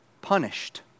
punished